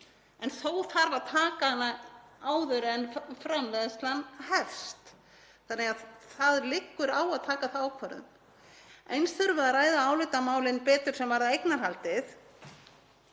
Þó þarf að taka hana áður en framleiðslan hefst þannig að það liggur á að taka þá ákvörðun. Eins þurfum við að ræða álitamálin betur sem varða eignarhaldið.